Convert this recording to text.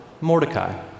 Mordecai